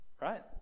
right